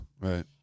Right